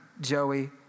Joey